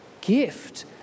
gift